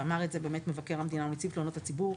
ואמר זאת באמת מבקר המדינה ונציב תלונות הציבור,